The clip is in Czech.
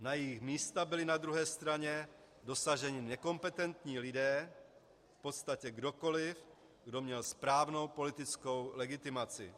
Na jejich místa byli na druhé straně dosazeni nekompetentní lidé, v podstatě kdokoliv, kdo měl správnou politickou legitimaci.